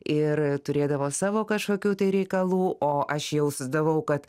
ir turėdavo savo kažkokių tai reikalų o aš jausdavau kad